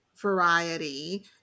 variety